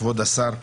כבוד השר,